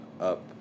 up